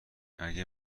اگه